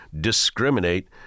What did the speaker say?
discriminate